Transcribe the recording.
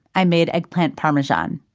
i made eggplant parmesan.